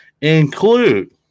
include